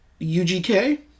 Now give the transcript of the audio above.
UGK